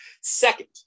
Second